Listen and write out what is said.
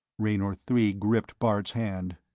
raynor three gripped bart's hand.